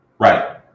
Right